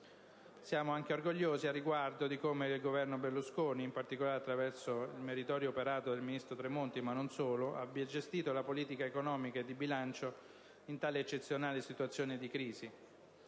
Siamo anche orgogliosi al riguardo di come il Governo Berlusconi, in particolare attraverso il meritorio operato del ministro Tremonti, ma non solo, abbia gestito la politica economica e di bilancio in tale eccezionale situazione di crisi.